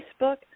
Facebook